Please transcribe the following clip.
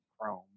chrome